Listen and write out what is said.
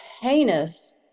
heinous